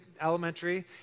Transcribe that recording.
elementary